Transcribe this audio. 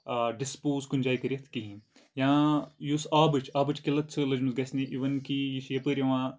dispose کُنہِ جایہِ کٔرِتھ کِہینۍ یا یُس آبٕچ آبٕچ کِلتھ چھ لٔجۍ مٕژ گژھِ نہٕ اِوٕن کہِ یہِ چھ یَپٲرۍ یِوان